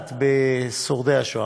לגעת בשורדי השואה,